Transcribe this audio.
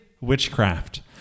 Witchcraft